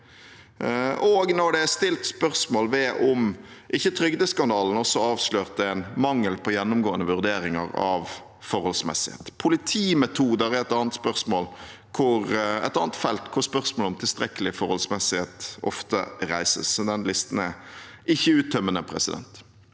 og når det er stilt spørsmål ved om ikke trygdeskandalen også avslørte en mangel på gjennomgående vurderinger av forholdsmessighet. Politimetoder er et annet felt hvor spørsmålet om tilstrekkelig forholdsmessighet ofte reises. Den listen er ikke uttømmende. Det